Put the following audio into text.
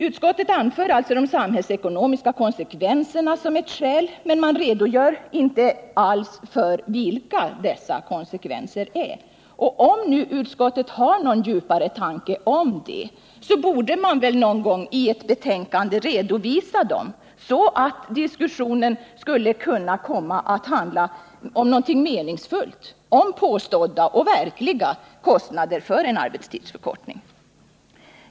Utskottet anför alltså de samhällsekonomiska konsekvenserna som skäl, men utskottet redogör inte alls för vilka dessa konsekvenser är. Om nu utskottet har någon djupare tanke om det borde man väl någon gång i ett betänkande redovisa den, så att diskussionen skulle kunna komma att handla om någonting meningsfullt — om påstådda och verkliga kostnader för en arbetstidsförkortning.